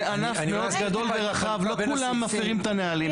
זה ענף מאוד גדול ורחב, לא כולם מפרים את הנהלים.